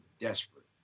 desperate